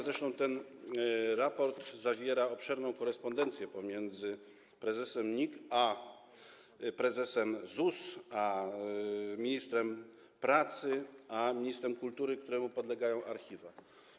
Zresztą ten raport zawiera obszerną korespondencję pomiędzy prezesem NIK a prezesem ZUS, a ministrem pracy i ministrem kultury, któremu podlegają archiwa.